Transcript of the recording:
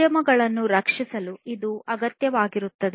ಉದ್ಯಮಗಳನ್ನು ರಕ್ಷಿಸಲು ಇದು ಅಗತ್ಯವಾಗಿರುತ್ತದೆ